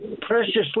preciously